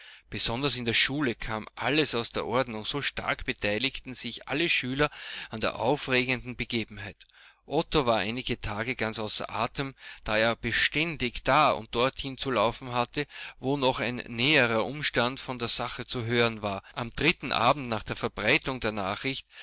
besonders in der schule kam alles aus der ordnung so stark beteiligten sich alle schüler an der aufregenden begebenheit otto war einige tage ganz außer atem da er beständig da und dorthin zu laufen hatte wo noch ein näherer umstand von der sache zu hören war am dritten abend nach der verbreitung der nachricht